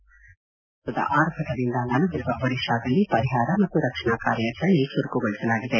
ಫೋನಿ ಚಂಡಮಾರುತದ ಆರ್ಭಟದಿಂದ ನಲುಗಿರುವ ಒಡಿತಾದಲ್ಲಿ ಪರಿಹಾರ ಮತ್ತು ರಕ್ಷಣಾ ಕಾರ್ಯಾಚರಣೆ ಚುರುಕುಗೊಳಿಸಲಾಗಿದೆ